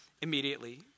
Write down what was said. immediately